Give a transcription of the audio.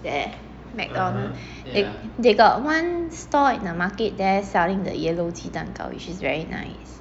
that Mcdonald they got one store in the market there selling the yellow 鸡蛋糕 which is very nice